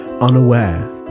unaware